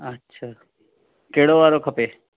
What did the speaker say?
अछा कहिड़ो वारो खपे